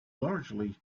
largely